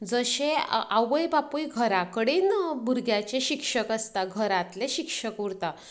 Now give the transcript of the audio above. जशें आवय बापूय घरा कडेन भुरग्याचे शिक्षक आसता घरांतले शिक्षक उरतात